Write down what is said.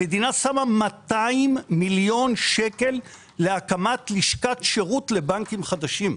ושמה 200 מיליון שקל להקמת לשכת שירות לבנקים חדשים.